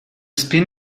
spin